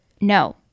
No